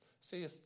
see